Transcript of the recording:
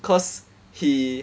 cause he